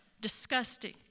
disgusting